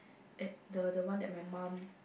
at the the one that my mum